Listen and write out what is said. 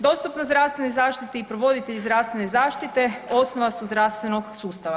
Dostupnost zdravstvene zaštite i provoditi zdravstvene zaštite osnova su zdravstvenog sustava.